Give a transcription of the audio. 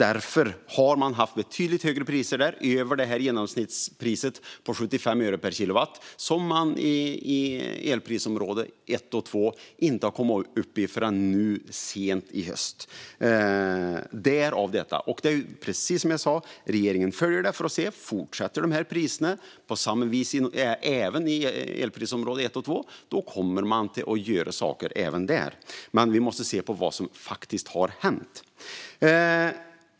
Därför har man haft betydligt högre priser där, över genomsnittspriset på 75 öre per kilowatt som man i elprisområdena 1 och 2 inte har kommit upp i förrän sent nu i höst - därav detta. Som jag sa följer regeringen detta för att se om priserna fortsätter att stiga på samma vis även i elprisområdena 1 och 2. I så fall kommer man att göra saker även där. Men vi måste se på vad som faktiskt har hänt.